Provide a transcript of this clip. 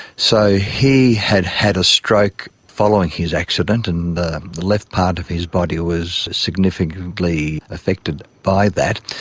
so he had had a stroke following his accident, and the left part of his body was significantly affected by that,